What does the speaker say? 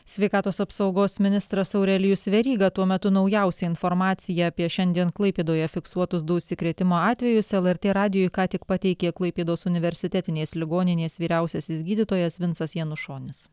sveikatos apsaugos ministras aurelijus veryga tuo metu naujausią informaciją apie šiandien klaipėdoje fiksuotus du užsikrėtimo atvejus lrt radijui ką tik pateikė klaipėdos universitetinės ligoninės vyriausiasis gydytojas vincas janušonis